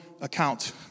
account